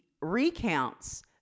recounts